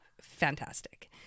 fantastic